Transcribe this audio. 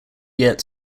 yet